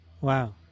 Wow